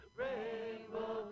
rainbow